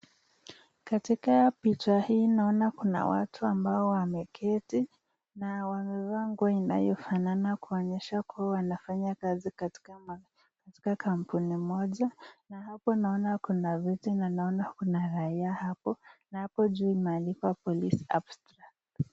Katika picha hii naona kuna watu ambao wameketi na wamevaa nguo inayofanana kuonyesha kua wanafanya kazi katika kampuni moja na hapo naona kuna viti na naona kuna raia hapo. Na hapo juu imeandikwa police abstract .